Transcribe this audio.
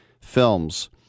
Films